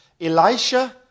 elisha